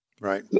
right